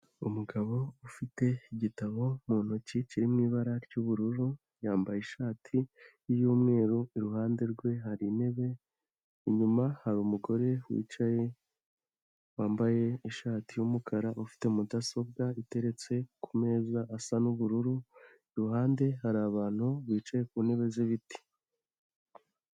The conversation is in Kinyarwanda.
Umugabo ufite igitabo mu ntoki kiri mu ibara ry'ubururu yambaye ishati y'umweru, iruhande rwe hari intebe, inyuma hari umugore wicaye wambaye ishati y'umukara ufite mudasobwa iteretse ku meza asa n'ubururu, iruhande hari abantu bicaye ku ntebe z'ibiti.